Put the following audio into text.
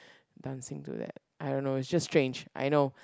dancing to them I don't know is just strange I know